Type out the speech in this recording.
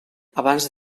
abans